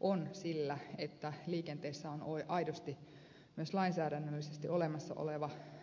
on sillä että liikenteessä on aidosti myös lainsäädännöllisesti olemassa oleva nollatoleranssi